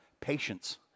patience